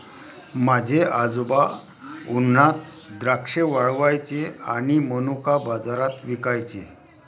माझे आजोबा उन्हात द्राक्षे वाळवायचे आणि मनुका बाजारात विकायचे